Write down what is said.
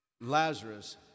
Lazarus